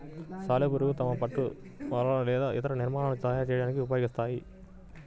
సాలెపురుగులు తమ పట్టును వలలు లేదా ఇతర నిర్మాణాలను తయారు చేయడానికి ఉపయోగిస్తాయి